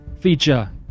feature